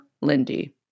Lindy